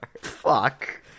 Fuck